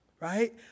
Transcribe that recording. right